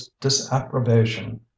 disapprobation